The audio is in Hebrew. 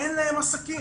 שאין להן עסקים.